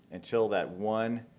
until that one